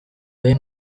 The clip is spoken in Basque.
behe